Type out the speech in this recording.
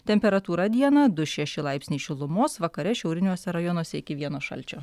temperatūra dieną du šeši laipsniai šilumos vakare šiauriniuose rajonuose iki vieno šalčio